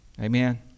Amen